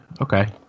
Okay